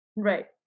Right